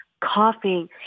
coughing